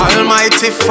Almighty